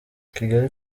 kigali